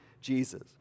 jesus